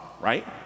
right